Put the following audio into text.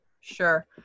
Sure